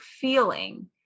feeling